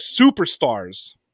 superstars